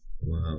Wow